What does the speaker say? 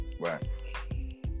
Right